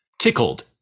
tickled